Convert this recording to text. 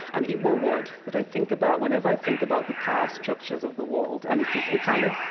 an igbo word, that i think about whenever i think about the power structures of the world, and it is nkali.